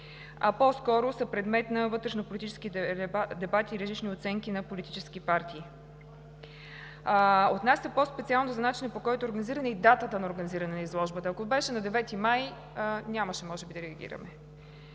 а по-скоро са предмет на вътрешнополитически дебати и различни оценки на политически партии. Отнася се по-специално за начина, по който е организирана, и датата на организиране на изложбата. Ако беше на 9 май, нямаше може би да реагираме.